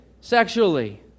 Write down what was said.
sexually